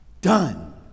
done